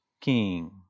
king